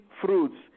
fruits